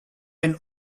and